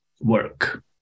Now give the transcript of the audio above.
work